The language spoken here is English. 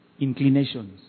Inclinations